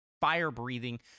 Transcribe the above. fire-breathing